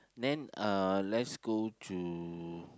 then uh let's go to